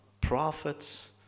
prophets